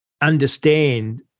understand